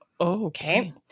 Okay